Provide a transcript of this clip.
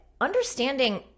understanding